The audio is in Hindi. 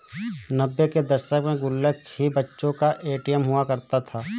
नब्बे के दशक में गुल्लक ही बच्चों का ए.टी.एम हुआ करता था